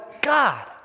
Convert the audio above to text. God